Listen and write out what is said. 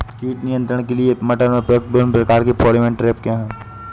कीट नियंत्रण के लिए मटर में प्रयुक्त विभिन्न प्रकार के फेरोमोन ट्रैप क्या है?